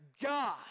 God